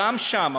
גם שם,